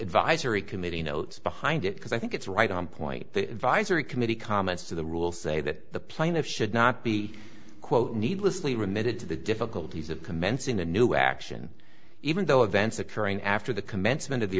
advisory committee notes behind it because i think it's right on point the advisory committee comments to the rule say that the plaintiff should not be quote needlessly remitted to the difficulties of commencing a new action even though events occurring after the commencement of the